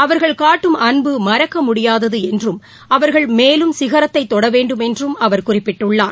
அவர்கள் காட்டும் அன்பு மறக்க முடியாதது என்றும் அவர்கள் மேலும் சிகரத்தை தொடவேண்டும் என்றும் குறிப்பிட்டுள்ளார்